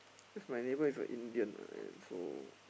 cause my neighbour is a Indian ah so